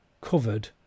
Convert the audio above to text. covered